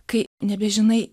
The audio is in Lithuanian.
kai nebežinai